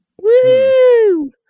Woo